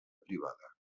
privada